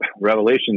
revelation